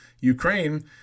Ukraine